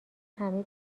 همه